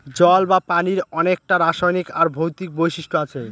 জল বা পানির অনেককটা রাসায়নিক আর ভৌতিক বৈশিষ্ট্য আছে